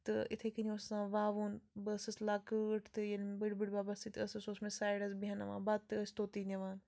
تہٕ یِتھے کٔنۍ اوس آسان وَوُن بہٕ ٲسٕس لۄکۭٹ تہٕ ییٚلہِ بٕڈۍ بَبَس سۭتۍ ٲسٕس سُہ اوس مےٚ سایِڑَس بیہناوان بَتہٕ تہِ ٲسۍ توٚتٕے نِوان